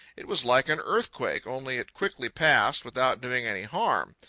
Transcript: it was like an earthquake, only it quickly passed without doing any harm.